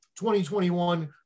2021